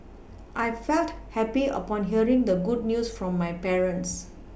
I felt happy upon hearing the good news from my parents